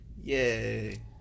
Yay